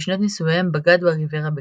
בשנות נישואיהם בגד בה ריברה בגלוי,